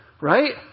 right